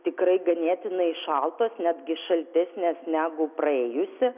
tikrai ganėtinai šaltos netgi šaltesnės negu praėjusi